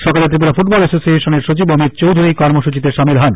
সকালে ত্রিপুরা ফুটবল এসোসিয়েশনের সচিব অমিত চৌধুরী এই কর্মসূচিতে সামিল হন